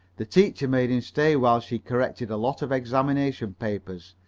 the teacher made him stay while she corrected a lot of examination papers,